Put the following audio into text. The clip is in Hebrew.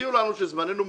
תודיעו לנו שזמננו מוגבל,